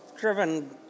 driven